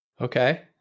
Okay